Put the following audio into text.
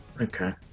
Okay